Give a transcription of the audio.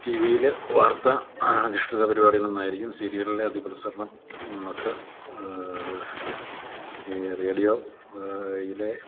ടിവിയിൽ വാർത്ത അധിഷ്ഠിത പരിപാടികൾ ഒന്നായിരിക്കും സീരിയലുകളുടെ അതിപ്രസരണം നമുക്ക് ഈ റേഡിയോയിലെ